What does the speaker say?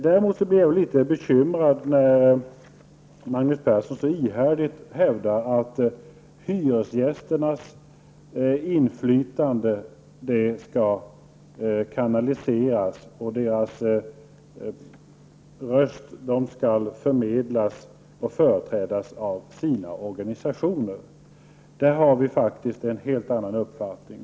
Däremot blir jag litet bekymrad när Magnus Persson så ihärdigt hävdar att hyresgästernas inflytande skall kanaliseras genom och deras röster förmedlas och företrädas av deras organisationer. Där har vi faktiskt en helt annan uppfattning.